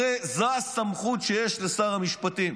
הרי זו הסמכות שיש לשר המשפטים.